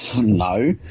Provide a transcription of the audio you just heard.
No